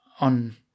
on